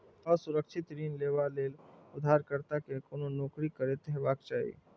असुरक्षित ऋण लेबा लेल उधारकर्ता कें कोनो नौकरी करैत हेबाक चाही